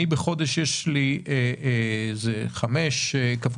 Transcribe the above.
ובחודש יש לי 30 פעולות,